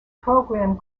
programme